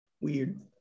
Weird